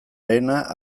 lehena